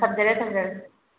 ꯊꯝꯖꯔꯦ ꯊꯝꯖꯔꯦ